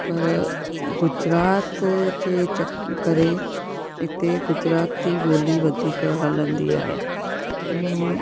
पर गुजरात जे चक करे इते गुजराती ॿोली वधीक हलंदी आहे उनमें